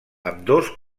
ambdós